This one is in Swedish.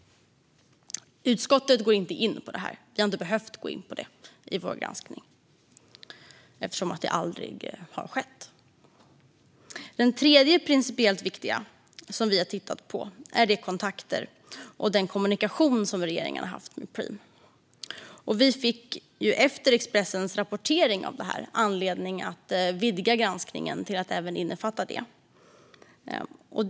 Utskottet går inte in på detta; vi har inte behövt gå in på det i vår granskning eftersom det aldrig har skett. Det tredje principiellt viktiga vi har tittat på är de kontakter och den kommunikation som regeringen har haft med Preem. Efter Expressens rapportering om frågan fick vi anledning att vidga granskningen till att innefatta även detta.